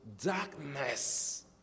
Darkness